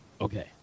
Okay